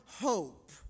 hope